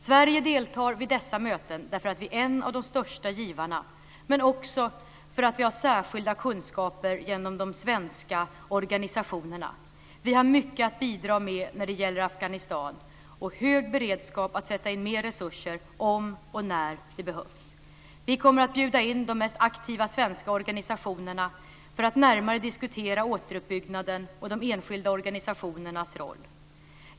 Sverige deltar vid dessa möten därför att vi är en av de största givarna men också därför att vi har särskilda kunskaper genom de svenska organisationerna. Vi har mycket att bidra med när det gäller Afghanistan och hög beredskap att sätta in mer resurser om och när det behövs. Vi kommer att bjuda in de mest aktiva svenska organisationerna för att närmare diskutera återuppbyggnaden och de enskilda organisationernas roll.